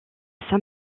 saint